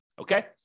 okay